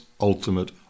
ultimate